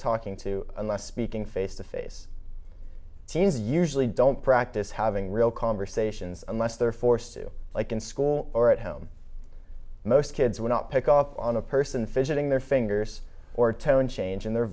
talking to unless speaking face to face teens usually don't practice having real conversations unless they're forced to like in school or at home most kids were not pick up on a person fidgeting their fingers or tone change in their